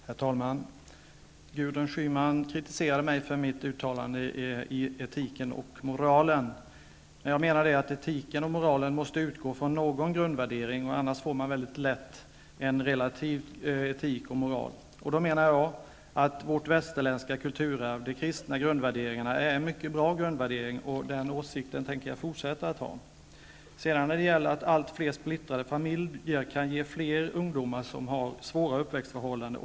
Herr talman! Gudrun Schyman kritiserade mig för mitt uttalande om etiken och moralen. Jag menar att etiken och moralen måste utgå från någon grundvärdering, annars blir det lätt en relativ etik och moral. Jag menar att vårt västerländska kulturarv, de kristna grundvärderingarna, är mycket bra grundvärderingar. Den åsikten tänker jag fortsätta att ha. Jag tror också en hel del på min åsikt att allt fler splittrade familjer resulterar i fler ungdomar som får svåra uppväxtförhållanden.